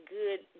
good